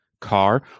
car